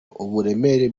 uburemere